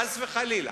חס וחלילה.